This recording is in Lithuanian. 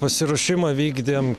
pasiruošimą vykdėm